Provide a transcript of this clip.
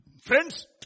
friends